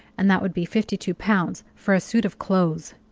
and that would be fifty-two pounds for a suit of clothes.